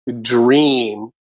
dream